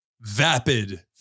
vapid